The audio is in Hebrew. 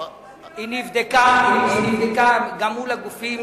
היא נבדקה גם מול הגופים,